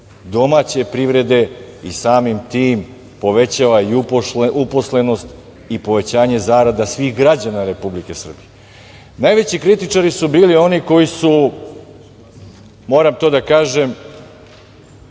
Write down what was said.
domaće privrede i samim tim povećava i uposlenost i povećanje zarada svih građana Republike Srbije. Najveći kritičari su bili oni koji su, moram to da kažem,